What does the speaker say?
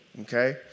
Okay